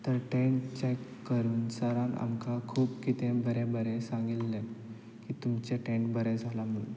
तर tent check करून सरान आमकां खूब कितें बरें बरें सांगिल्लें की तुमचें टॅन्ट बरें जालां म्हूण